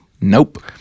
Nope